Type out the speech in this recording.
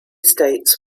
states